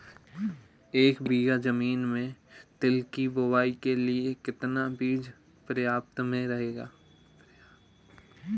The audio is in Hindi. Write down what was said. एक बीघा ज़मीन में तिल की बुआई के लिए कितना बीज प्रयाप्त रहेगा?